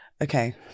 Okay